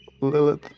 Lilith